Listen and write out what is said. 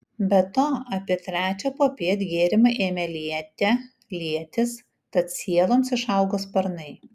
be to apie trečią popiet gėrimai ėmė liete lietis tad sieloms išaugo sparnai